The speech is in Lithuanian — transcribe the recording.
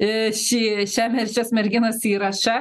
į šį šiam ir šios merginos įrašą